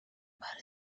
about